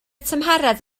tymheredd